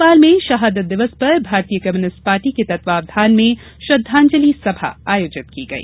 भोपाल में शहादत दिवस पर भारतीय कम्युनिस्ट पार्टी के तत्वावधान में श्रद्वांजलि सभा आयोजित की गयी